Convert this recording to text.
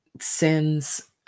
sends